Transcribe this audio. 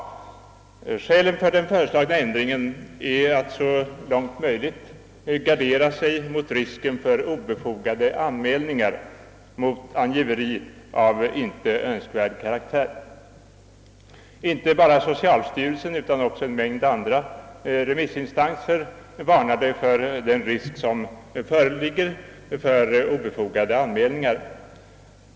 Skälet för den föreslagna änd ringen är en önskan att så långt möjligt gardera sig mot risken för obefogade anmälningar, mot angiveri av icke önskvärd karaktär. Inte bara socialstyrelsen utan flera andra remissinstanser framhåller med skärpa den risk för obefogade anmälningar som föreligger.